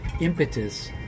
impetus